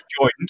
joined